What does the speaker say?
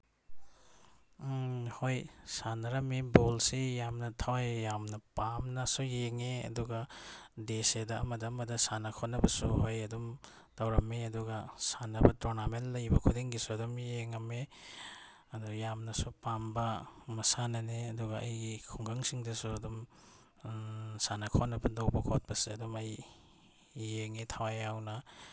ꯎꯝ ꯍꯣꯏ ꯁꯥꯟꯅꯔꯝꯃꯤ ꯕꯣꯜꯁꯤ ꯌꯥꯝꯅ ꯊꯋꯥꯏ ꯌꯥꯝꯅ ꯄꯥꯝꯅꯁꯨ ꯌꯦꯡꯉꯤ ꯑꯗꯨꯒ ꯗꯦꯁꯦꯗ ꯑꯃꯗ ꯑꯃꯗ ꯁꯥꯟꯅ ꯈꯣꯠꯅꯕꯁꯨ ꯑꯩ ꯑꯗꯨꯝ ꯇꯧꯔꯝꯃꯤ ꯑꯗꯨꯒ ꯁꯥꯟꯅꯕ ꯇꯣꯔꯅꯥꯃꯦꯟ ꯂꯩꯕ ꯈꯨꯗꯤꯡꯒꯤꯁꯨ ꯑꯗꯨꯝ ꯌꯦꯡꯉꯝꯃꯤ ꯑꯗ ꯌꯥꯝꯅꯁꯨ ꯄꯥꯝꯕ ꯃꯁꯥꯟꯅꯅꯤ ꯑꯗꯨꯒ ꯑꯩꯒꯤ ꯈꯨꯒꯪꯁꯤꯡꯗꯁꯨ ꯑꯗꯨꯝ ꯁꯥꯟꯅ ꯈꯣꯠꯅꯕ ꯇꯧꯕ ꯈꯣꯠꯄꯁꯦ ꯑꯗꯨꯝ ꯑꯩ ꯌꯦꯡꯉꯤ ꯊꯋꯥꯏ ꯌꯥꯎꯅ